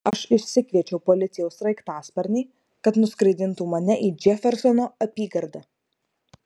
aš išsikviečiau policijos sraigtasparnį kad nuskraidintų mane į džefersono apygardą